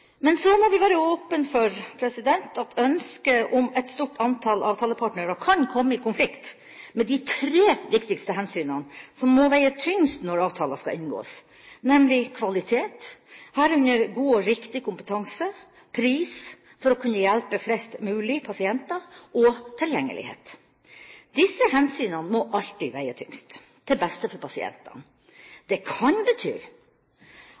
Men så må vi være åpne for at ønsket om et stort antall avtalepartnere kan komme i konflikt med de tre viktigste hensynene som må veie tyngst når avtaler skal inngås, nemlig kvalitet, herunder god og riktig kompetanse, pris – for å kunne hjelpe flest mulig pasienter – og tilgjengelighet. Disse hensynene må alltid veie tyngst, til beste for pasientene. Det kan bety